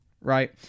right